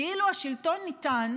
כאילו השלטון ניתן